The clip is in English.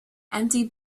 empty